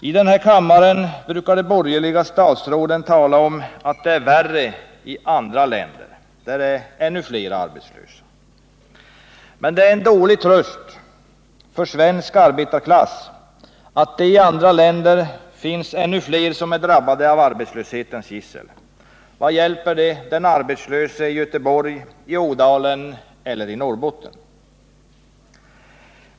I den här kammaren brukar de borgerliga statsråden tala om att ”det är värre i andra länder” , där är ännu fler arbetslösa. Men det är en dålig tröst för svensk arbetarklass att det i andra länder finns ännu fler som är drabbade av arbetslöshetens gissel. Vad hjälper det den arbetslöse i Göteborg, Ådalen eller Norrbotten?